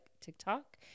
TikTok